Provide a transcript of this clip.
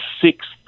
sixth